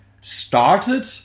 started